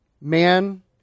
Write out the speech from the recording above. Man